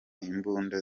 imbunda